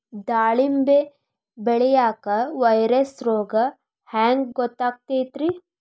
ದಾಳಿಂಬಿ ಬೆಳಿಯಾಗ ವೈರಸ್ ರೋಗ ಹ್ಯಾಂಗ ಗೊತ್ತಾಕ್ಕತ್ರೇ?